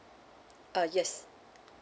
uh yes